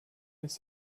miss